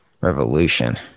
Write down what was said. Revolution